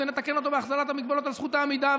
נתקן אותו בהחזרת ההגבלות על זכות העמידה,